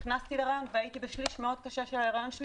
נכנסתי להיריון והייתי בשליש קשה מאוד של ההיריון שלי